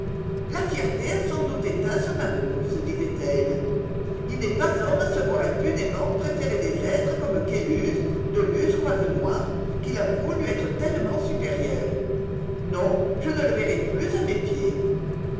la fierté a sans doute éteint son amour se disait-elle il n'est pas homme à se voir impunément préférer des êtres comme caylus de luz croisenois qu'il avoue lui être tellement supérieurs non je ne le verrai plus à mes pieds